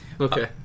Okay